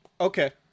Okay